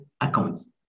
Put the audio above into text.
accounts